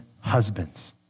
husbands